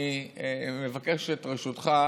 אני מבקש את רשותך,